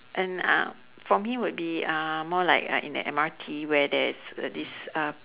and uh for me would be uh more like like in the M_R_T where there's uh this uh